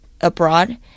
abroad